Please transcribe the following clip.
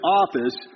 office